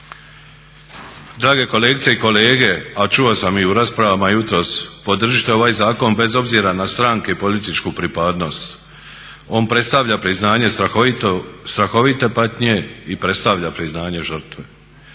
Drage kolegice i kolege a čuo sam i u raspravama jutros podržite ovaj zakon bez obzira na stranke i političku pripadnost. On predstavlja priznanje strahovite patnje i predstavlja priznanje žrtve.